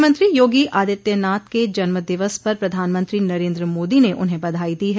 मुख्यमंत्री योगी आदित्यनाथ के जन्म दिवस पर प्रधानमंत्री नरेन्द्र मोदी ने उन्हें बधाई दी है